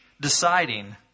deciding